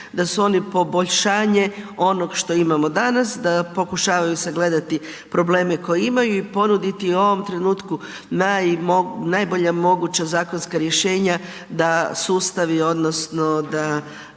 da su oni poboljšanje onog što imamo danas, da pokušavaju sagledati probleme koje imaju i ponuditi u ovom trenutku najbolja moguća zakonska rješenja da sustavi odnosno da